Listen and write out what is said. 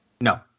No